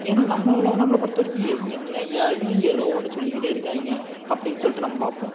ஏன்னா நம்மளை நம்மளை பொறுத்த வரைக்கும் என்னய்யா இது ஏதோ ஒன்று சொல்லிக்கிட்டே இருக்காங்க அப்படினு சொல்லிவிட்டு நம்ம பார்ப்போம்